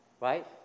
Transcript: right